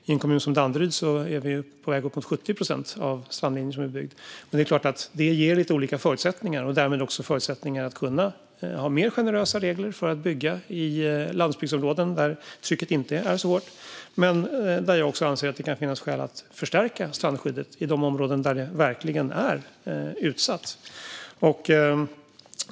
I en kommun som Danderyd är man på väg upp mot 70 procent av strandlinjen som är bebyggd. Det är klart att detta ger lite olika förutsättningar och därmed också förutsättningar att ha mer generösa regler för att bygga i landsbygdsområden där trycket inte är så hårt, men jag anser att det kan finnas skäl att förstärka strandskyddet i de områden där det verkligen är utsatt.